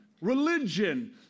religion